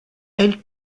elle